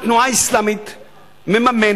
תנועה אסלאמית מממנת,